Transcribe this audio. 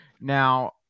Now